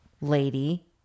lady